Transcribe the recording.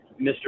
Mr